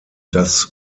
das